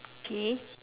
okay